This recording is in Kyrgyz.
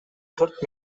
төрт